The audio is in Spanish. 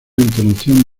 entonación